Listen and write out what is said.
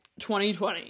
2020